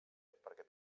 perquè